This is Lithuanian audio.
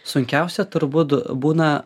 sunkiausia turbūt būna